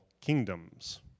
kingdoms